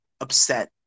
upset